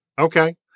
Okay